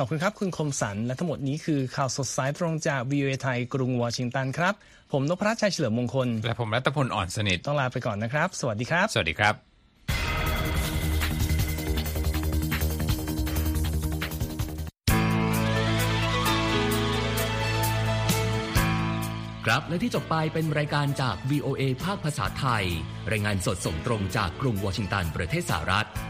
ขอบคุณครับคุณคมสัน และทั้งหมดนี้คือข่าวสดสายตรงจาก VOA ไทยกรุงวอชิงตันครับ ผมนพรัตน์ชัยเฉลิมมงคลและผมรัตพลอ่อนสนิทต- ต้องลาไปก่อนนะครับ สวัสดีครับสวัสดีครับครับ และที่จบไปเป็นรายการจาก VOA ภาคภาษาไทย รายงานสดส่งตรงจากกรุงวอชิงตันประเทศสหรัฐ